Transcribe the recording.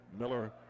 Miller